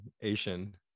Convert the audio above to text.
Asian